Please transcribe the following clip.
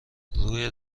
روی